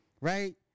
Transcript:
right